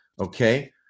Okay